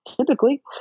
typically